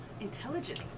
Intelligence